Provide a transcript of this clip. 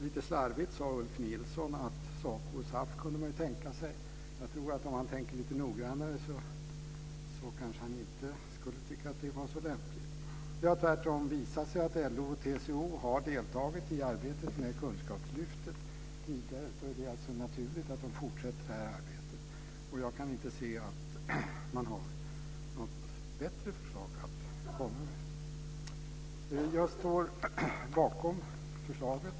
Lite slarvigt sade Ulf Nilsson att man kunde tänka sig SACO och SAF. Om han tänkte lite noggrannare skulle han kanske inte tycka att det var så lämpligt. Det har tvärtom visat sig att LO och TCO har deltagit i arbetet med Kunskapslyftet tidigare, och det är naturligt att de fortsätter det arbetet. Jag kan inte se att man har något bättre förslag att komma med. Jag står bakom förslaget.